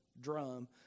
drum